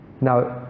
Now